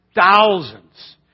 thousands